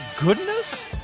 goodness